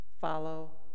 Follow